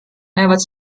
näevad